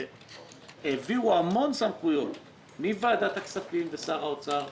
העבירו המון סמכויות מוועדת הכספים ומשר האוצר.